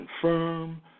confirm